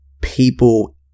people